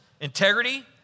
integrity